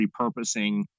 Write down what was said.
repurposing